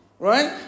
Right